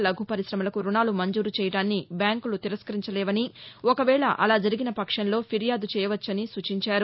లఘు పరిశమలకు రుణాలు మంజూరు చేయడాన్ని బ్యాంకులు తిరస్కరించలేవని ఒక వేళ అలా జరిగిన పక్షంలో ఫిర్యాదు చేయ వచ్చునని సూచించారు